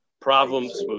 problems